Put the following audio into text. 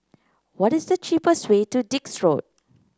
what is the cheapest way to Dix Road